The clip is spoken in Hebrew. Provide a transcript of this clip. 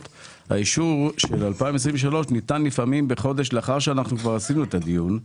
האישור של 2023 ניתן לפעמים חודש לאחר שאנחנו כבר עשינו את הדיון.